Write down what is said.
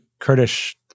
Kurdish